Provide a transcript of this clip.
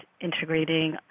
integrating